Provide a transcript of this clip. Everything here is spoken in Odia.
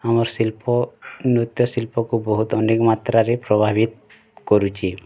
ଆମର୍ ଶିଲ୍ପ ନୃତ୍ୟ ଶିଲ୍ପକୁ ବହୁତ୍ ଅନେକ୍ ମାତ୍ରରେ ପ୍ରଭାବିତ୍ କରୁଛି